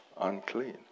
unclean